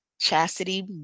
chastity